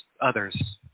others